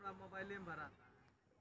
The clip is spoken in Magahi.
खेरी नस्ल के भेंड़ पाली में मिला हई